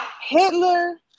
Hitler